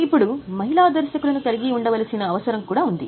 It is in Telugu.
ఇప్పుడు మహిళా దర్శకులను కలిగి ఉండవలసిన అవసరం కూడా ఉంది